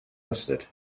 mustard